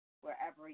wherever